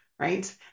right